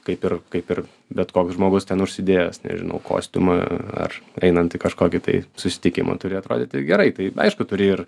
kaip ir kaip ir bet koks žmogus ten užsidėjęs nežinau kostiumą ar einant į kažkokį tai susitikimą turi atrodyti gerai tai aišku turi ir